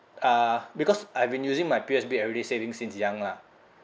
uh because I've been using my P_O_S_B everyday saving since young lah